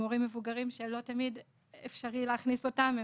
הורים מבוגרים שלא תמיד אפשרי להכניס אותם.